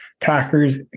Packers